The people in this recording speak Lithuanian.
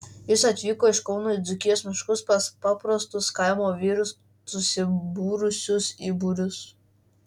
jis atvyko iš kauno į dzūkijos miškus pas paprastus kaimo vyrus susibūrusius į būrius